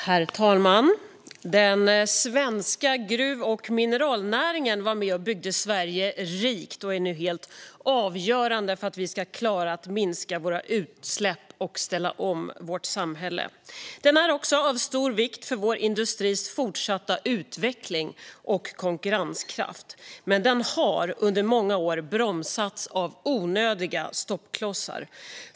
Herr talman! Den svenska gruv och mineralnäringen var med och byggde Sverige rikt och är nu helt avgörande för att vi ska klara att minska våra utsläpp och ställa om vårt samhälle. Den är också av stor vikt för vår industris fortsatta utveckling och konkurrenskraft. Men den har under många år bromsats av onödiga stoppklossar.